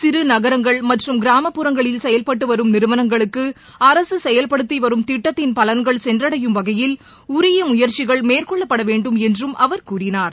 சிறு நனங்கள் மற்றம் கிராமப்புறங்களில் செயல்பட்டு வரும் நிறுவனங்களுக்கு அரசு செயல்படுத்தி வரும் திட்டத்தின் பலன்கள் சென்றடையும் வகையில் உரிய முயற்சிகள் மேற்கொள்ளப்படவேண்டும் என்றும் அவர் கூறினார்